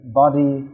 body